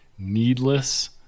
needless